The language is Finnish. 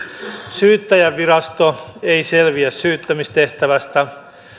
syyttäjänvirasto ei selviä syyttämistehtävästä